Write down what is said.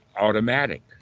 automatic